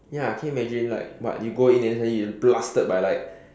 ya can you imagine like what you go in and then suddenly you just blasted by like